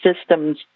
systems